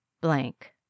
blank